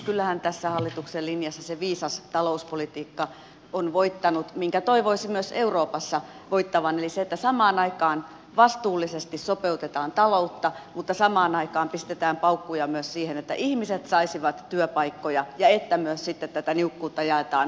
kyllähän tässä hallituksen linjassa se viisas talouspolitiikka on voittanut minkä toivoisin myös euroopassa voittavan eli se että samaan aikaan vastuullisesti sopeutetaan taloutta mutta pistetään paukkuja myös siihen että ihmiset saisivat työpaikkoja ja että myös sitten tätä niukkuutta jaetaan oikeudenmukaisella tavalla